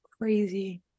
crazy